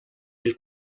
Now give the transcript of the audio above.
del